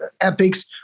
epics